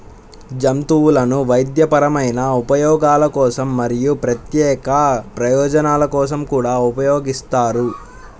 జంతువులను వైద్యపరమైన ఉపయోగాల కోసం మరియు ప్రత్యేక ప్రయోజనాల కోసం కూడా ఉపయోగిస్తారు